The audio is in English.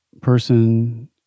person